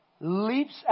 leaps